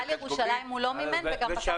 ----- ירושלים הוא לא מימן וגם בקו הכחול.